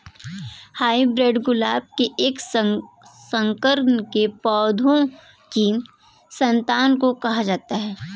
hybrid गुलाबों के एक संकर के पौधों की संतान को कहा जाता है